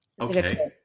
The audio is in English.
Okay